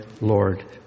Lord